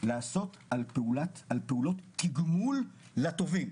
לעשות על פעולות תגמול לטובים.